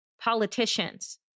politicians